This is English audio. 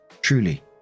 truly